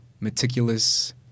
meticulous